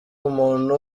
umuntu